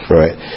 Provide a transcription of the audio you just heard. right